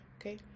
okay